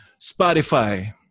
Spotify